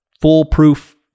foolproof